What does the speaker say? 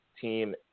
team